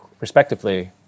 respectively